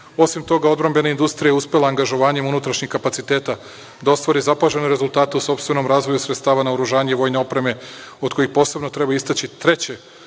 toga, odbrambena industrija je uspela angažovanjem unutrašnjih kapaciteta da ostvari zapažene rezultate u sopstvenom razvoju sredstava naoružanja i vojne opreme, od kojih posebno treba istaći treće